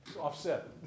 offset